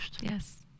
Yes